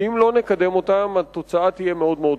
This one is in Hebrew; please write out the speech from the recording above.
כי אם לא נקדם אותם התוצאה תהיה מאוד קשה.